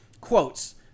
quotes